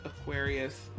Aquarius